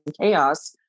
chaos